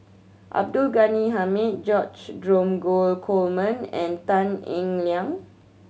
Abdul Ghani Hamid George Dromgold Coleman and Tan Eng Liang